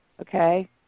okay